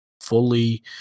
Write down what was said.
fully